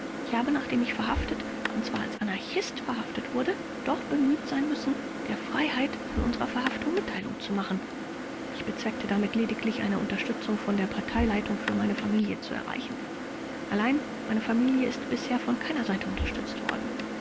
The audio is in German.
ich habe nachdem ich verhaftet und zwar als anarchist verhaftet wurde doch bemüht sein müssen der freiheit von unserer verhaftung mitteilung zu machen ich bezweckte damit lediglich eine unterstützung von der parteileitung für meine familie zu erreichen allein meine familie ist bisher von keiner seite unterstützt worden